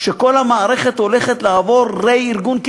כל המערכת הולכת לעבור רה-ארגון,